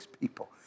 people